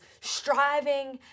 striving